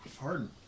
Pardon